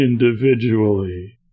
individually